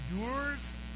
endures